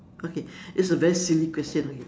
okay it's a very silly question okay